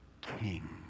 King